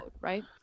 right